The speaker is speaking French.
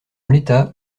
l’état